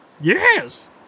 yes